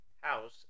house